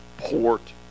port